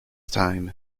time